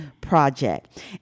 Project